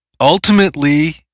ultimately